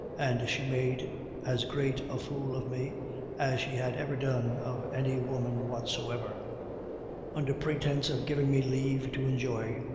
and she made as great a fool of me as she had ever done of any woman whatsoever under pretense of giving me leave to enjoy,